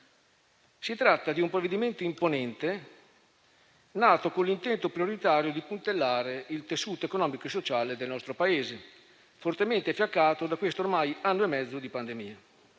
Si tratta di un provvedimento imponente, nato con l'intento prioritario di puntellare il tessuto economico e sociale del nostro Paese, fortemente fiaccato da questo ormai anno e mezzo di pandemia.